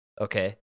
okay